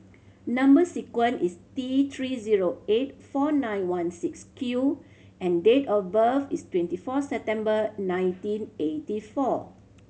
number sequence is T Three zero eight four nine one six Q and date of birth is twenty four September nineteen eighty four